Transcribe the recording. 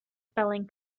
spelling